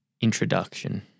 Introduction